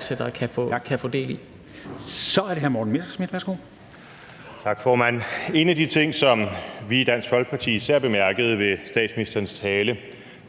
Kl. 09:47 Morten Messerschmidt (DF): Tak, formand. En af de ting, som vi i Dansk Folkeparti især bemærkede ved statsministerens tale,